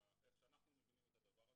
איך שאנחנו מבינים את הדבר הזה,